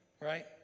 right